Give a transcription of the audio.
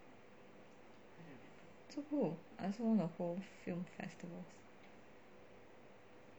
so cool I also want a whole film festival